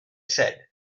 said